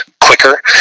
quicker